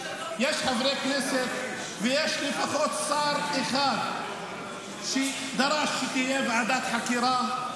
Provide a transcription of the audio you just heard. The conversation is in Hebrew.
יש חברי כנסת ויש לפחות שר אחד שדרש שתהיה ועדת חקירה.